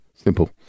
Simple